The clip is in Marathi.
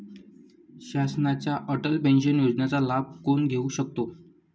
शासनाच्या अटल पेन्शन योजनेचा लाभ कोण घेऊ शकतात?